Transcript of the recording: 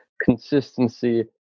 consistency